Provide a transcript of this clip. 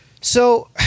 So-